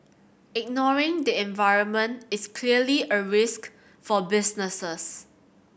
ignoring the environment is clearly a risk for businesses